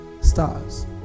stars